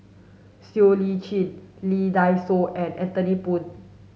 Siow Lee Chin Lee Dai Soh and Anthony Poon